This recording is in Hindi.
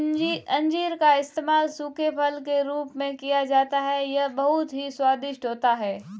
अंजीर का इस्तेमाल सूखे फल के रूप में किया जाता है यह बहुत ही स्वादिष्ट होता है